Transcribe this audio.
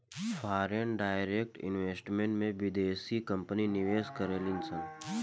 foreign direct investment में बिदेसी company निवेश करेलिसन